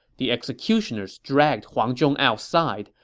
the executioners dragged huang zhong outside.